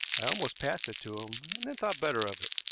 i almost passed it to him, and then thought better of it.